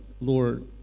Lord